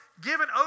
given